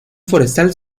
forestal